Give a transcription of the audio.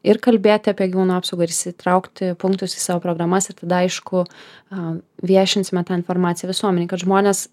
ir kalbėti apie gyvūno apsaugą ir įsitraukti punktus į savo programas ir tada aišku a viešinsime tą informaciją visuomenei kad žmonės